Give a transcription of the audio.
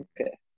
okay